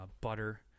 butter